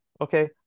okay